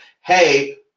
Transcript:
hey